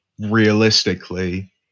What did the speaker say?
realistically